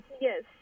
Yes